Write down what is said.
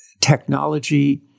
technology